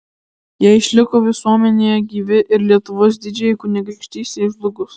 jie išliko visuomenėje gyvi ir lietuvos didžiajai kunigaikštystei žlugus